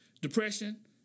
depression